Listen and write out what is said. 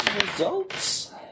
results